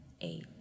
eight